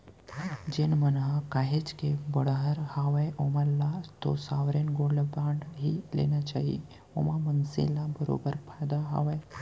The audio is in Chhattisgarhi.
जेन मन ह काहेच के बड़हर हावय ओमन ल तो साँवरेन गोल्ड बांड ही लेना चाही ओमा मनसे ल बरोबर फायदा हावय